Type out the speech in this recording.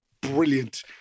brilliant